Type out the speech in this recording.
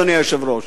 אדוני היושב-ראש,